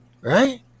right